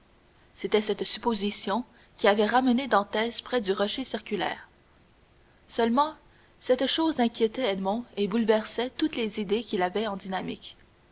c'était cette supposition qui avait ramené dantès près du rocher circulaire seulement cette chose inquiétait edmond et bouleversait toutes les idées qu'il avait en dynamique